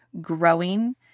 growing